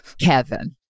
Kevin